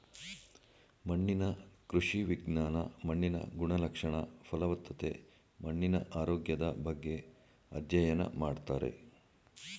ಮಣ್ಣಿನ ಕೃಷಿ ವಿಜ್ಞಾನ ಮಣ್ಣಿನ ಗುಣಲಕ್ಷಣ, ಫಲವತ್ತತೆ, ಮಣ್ಣಿನ ಆರೋಗ್ಯದ ಬಗ್ಗೆ ಅಧ್ಯಯನ ಮಾಡ್ತಾರೆ